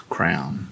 Crown